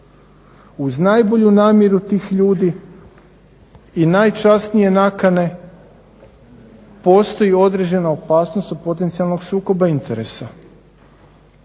Uz najbolju namjeru tih ljudi i najčasnije nakane postoji određena opasnost od potencijalnog sukoba interesa.